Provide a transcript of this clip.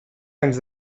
anys